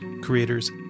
creators